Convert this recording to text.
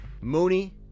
Mooney